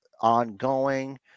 ongoing